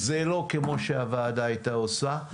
זה לא כמו שהוועדה הייתה עושה,